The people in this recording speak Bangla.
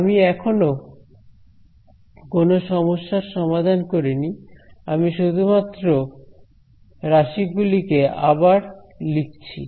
আমি এখনো কোন সমস্যার সমাধান করিনি আমি শুধুমাত্র রাশি গুলি কে আবার লিখছি